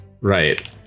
Right